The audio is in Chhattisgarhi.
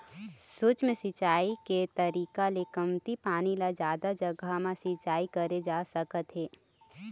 सूक्ष्म सिंचई के तरीका ले कमती पानी ल जादा जघा म सिंचई करे जा सकत हे